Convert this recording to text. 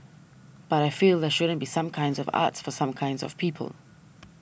but I feel there shouldn't be some kinds of arts for some kinds of people